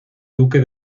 duque